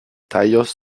tallos